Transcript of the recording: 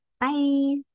Bye